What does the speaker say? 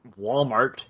Walmart